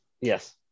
Yes